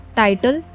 title